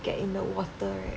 get in the water right